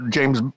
James